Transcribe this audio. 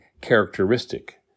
characteristic